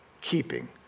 keeping